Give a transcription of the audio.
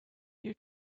you